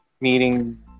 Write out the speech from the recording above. meeting